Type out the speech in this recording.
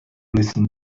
listen